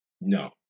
no